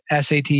SAT